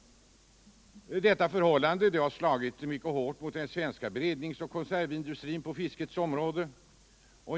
Detta förhållande har slagit mycket hårt mot den svenska berednings och konservindustrin på fiskets område.